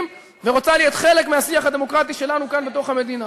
ורוצה להיות חלק מהשיח הדמוקרטי שלנו כאן בתוך המדינה,